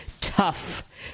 tough